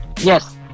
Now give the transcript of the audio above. yes